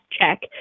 check